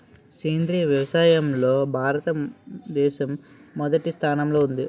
సేంద్రీయ వ్యవసాయంలో భారతదేశం మొదటి స్థానంలో ఉంది